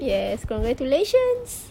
yes congratulations